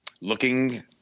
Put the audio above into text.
looking